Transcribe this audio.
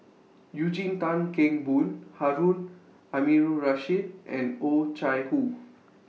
Eugene Tan Kheng Boon Harun Aminurrashid and Oh Chai Hoo